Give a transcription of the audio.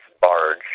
barge